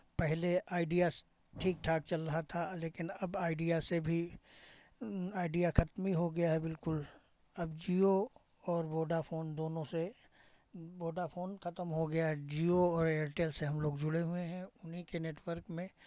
पहले आइडिया ठीक ठाक चल रहा था लेकिन अब आइडिया से भी आइडिया खत्म ही हो गया है बिल्कुल अब जिओ और वोडाफोन दोनों से वोडाफोन खतम हो गया जिओ और एयरटेल से हम लोग जुड़े हुए हैं उन्ही के नेटवर्क में